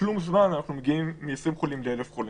כלום זמן אנחנו מגיעים מ-20 חולים ל-1,000 חולים.